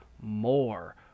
more